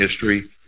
history